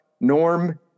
Norm